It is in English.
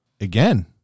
Again